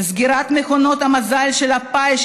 סגירת מכונות המזל של הפיס,